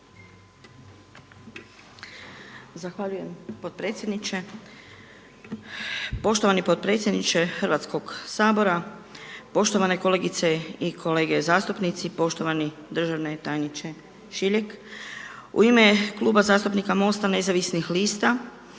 Zahvaljujem potpredsjedniče. Poštovani potpredsjedniče Hrvatskog sabora, poštovane kolegice i kolege zastupnici, poštovani državni tajniče Šiljeg. U ime Kluba zastupnika MOST-a nezavisnih lista